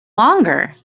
longer